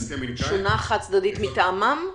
שונה חד צדדית מטעמם?